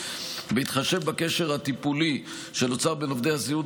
בהתחשב בקשר הטיפולי שנוצר בין עובדי הסיעוד